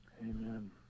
Amen